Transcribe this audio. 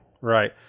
right